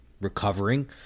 recovering